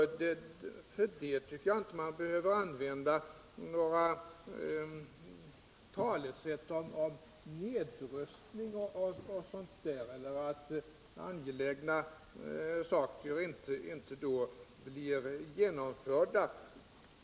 För den skull tycker jag inte att man behöver tala om nedrustning eller om att angelägna reformer inte blir genomförda.